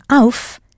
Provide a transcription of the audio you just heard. auf